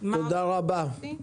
תודה רבה.